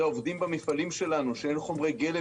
זה העובדים במפעלים שלנו שאין חומרי גלם